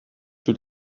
two